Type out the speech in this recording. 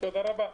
תודה רבה.